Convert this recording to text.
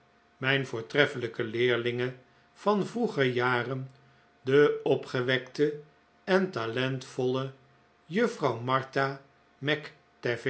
mijn voortreffelijke leerlinge van vroeger jaren de opgewekte en talentvolle juffrouw martha mac